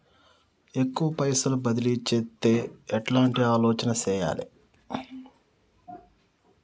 ఎక్కువ పైసలు బదిలీ చేత్తే ఎట్లాంటి ఆలోచన సేయాలి?